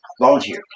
Volunteer